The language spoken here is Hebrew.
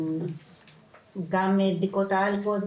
גם בדיקות האלכוהול,